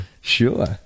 Sure